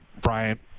Brian